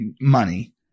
money